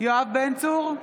יואב בן צור,